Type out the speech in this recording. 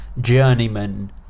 Journeyman